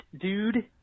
dude